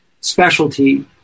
specialty –